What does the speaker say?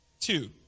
Two